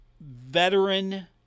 veteran